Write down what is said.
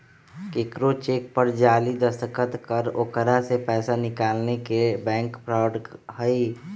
केकरो चेक पर जाली दस्तखत कर ओकरा से पैसा निकालना के बैंक फ्रॉड हई